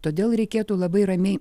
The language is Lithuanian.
todėl reikėtų labai ramiai